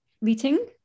Meeting